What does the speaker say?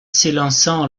s’élançant